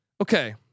Okay